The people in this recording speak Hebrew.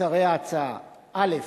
עיקרי ההצעה: א.